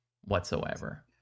whatsoever